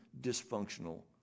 dysfunctional